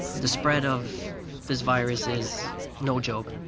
the spread of this virus is no joke,